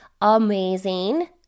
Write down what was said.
amazing